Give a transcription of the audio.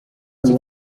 iki